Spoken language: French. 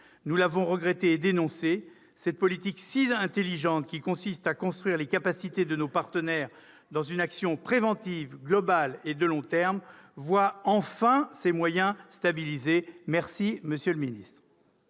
Nous l'avons regretté et dénoncé. Cette politique si intelligente, qui consiste à construire les capacités de nos partenaires dans une action préventive, globale et de long terme, voit enfin ses moyens stabilisés. Merci, monsieur le ministre